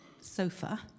sofa